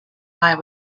eye